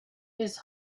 his